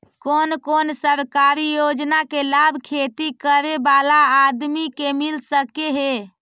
कोन कोन सरकारी योजना के लाभ खेती करे बाला आदमी के मिल सके हे?